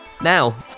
Now